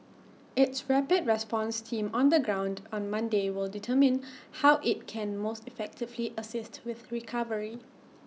its rapid response team on the ground on Monday will determine how IT can most effectively assist with recovery